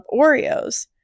Oreos